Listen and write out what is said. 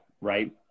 right